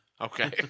Okay